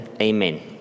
Amen